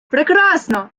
прекрасно